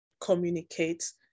communicate